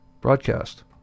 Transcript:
Broadcast